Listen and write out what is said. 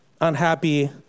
unhappy